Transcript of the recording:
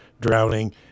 drowning